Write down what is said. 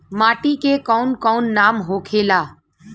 माटी के कौन कौन नाम होखे ला?